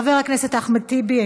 חבר הכנסת אחמד טיבי,